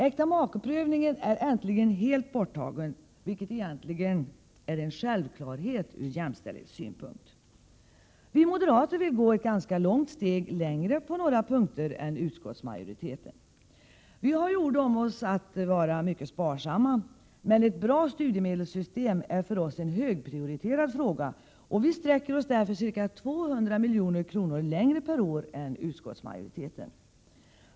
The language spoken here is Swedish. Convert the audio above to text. Äktamakeprövningen är äntligen helt borttagen, vilket egentligen är en självklarhet ur jämställdhetssynpunkt. Vi moderater vill på några punkter gå ett ganska stort steg längre än utskottsmajoriteten. Vi har ju ord om oss att vara mycket sparsamma, men ett bra studiemedelssystem är för oss en högprioriterad fråga. Vi sträcker oss därför ca 200 milj.kr. längre per år än utskottsmajoriteten.